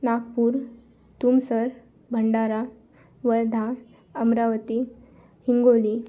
Nagpur Tumsar Bhandara Wardha Amravati Hingoli